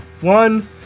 one